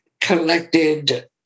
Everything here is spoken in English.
collected